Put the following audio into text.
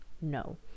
no